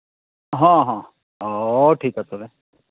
ᱦᱮᱸ ᱦᱮᱸ ᱚ ᱴᱷᱤᱠᱟ ᱜᱮᱭᱟ ᱛᱚᱵᱮ